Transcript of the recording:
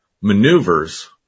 maneuvers